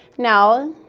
now,